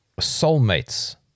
Soulmates